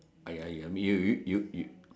!aiya! !aiya! me you you